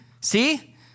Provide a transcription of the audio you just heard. see